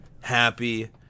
happy